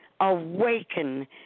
awaken